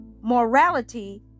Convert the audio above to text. morality